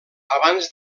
abans